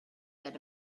that